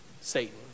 Satan